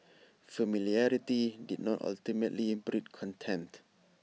familiarity did ultimately breed contempt